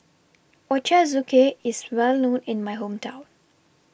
Ochazuke IS Well known in My Hometown